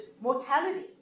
mortality